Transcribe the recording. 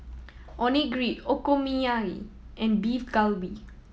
Onigiri Okonomiyaki and Beef Galbi